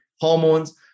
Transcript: hormones